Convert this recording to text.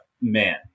man